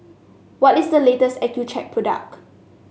what is the latest Accucheck product